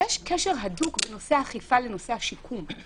יש קשר הדוק בין נושא האכיפה לנושא השיקום.